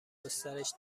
گسترش